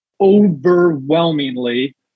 Overwhelmingly